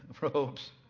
robes